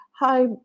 Hi